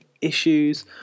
issues